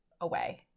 away